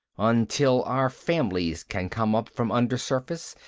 until our families can come up from undersurface,